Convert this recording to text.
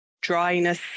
dryness